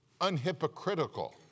unhypocritical